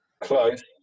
Close